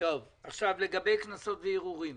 קנסות וערעורים.